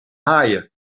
haaien